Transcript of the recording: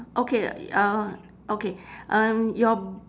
okay uh okay um your